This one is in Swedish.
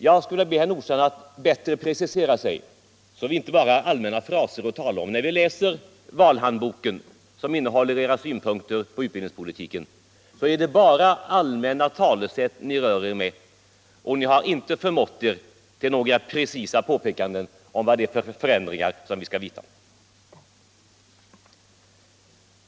Jag skulle vilja be herr Nordstrandh att bättre precisera sig, så att vi inte bara får allmänna fraser att tala om. När vi läser valhandboken, som innehåller era synpunkter på utbildningspolitiken, finner vi där att det bara är allmänna talsätt som ni rör er med; ni har inte förmått er till några precisa påpekanden om vad det är för förändringar som vi skall vidta.